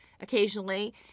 occasionally